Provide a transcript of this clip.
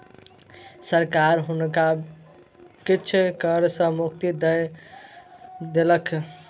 सरकार हुनका किछ कर सॅ मुक्ति दय देलक